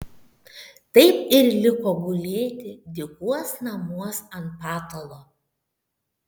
taip ir liko gulėti dykuos namuos ant patalo